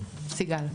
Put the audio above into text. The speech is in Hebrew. סליחה.